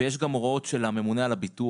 ויש גם הוראות של הממונה על הביטוח,